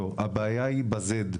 הבעיה היא בעיקר ב-z,